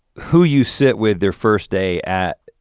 who you sit with their first day at